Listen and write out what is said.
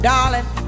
Darling